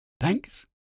Thanks